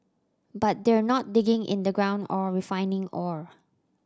but they're not digging in the ground or refining ore